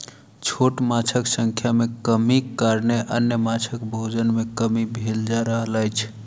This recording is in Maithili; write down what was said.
छोट माँछक संख्या मे कमीक कारणेँ अन्य माँछक भोजन मे कमी भेल जा रहल अछि